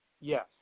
Yes